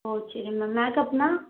ஓ சரி மேம் மேக்கப்ன்னா